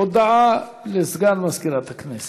הודעה לסגן מזכירת הכנסת.